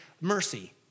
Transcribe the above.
mercy